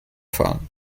fahren